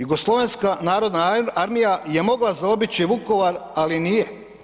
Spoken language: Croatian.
Jugoslavenska narodna armija je mogla zaobići Vukovar, ali nije.